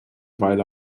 weile